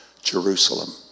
Jerusalem